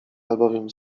albowiem